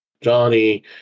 johnny